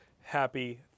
Happy